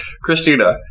Christina